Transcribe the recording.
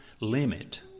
limit